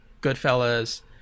Goodfellas